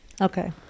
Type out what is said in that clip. Okay